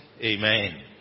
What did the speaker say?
amen